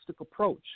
approach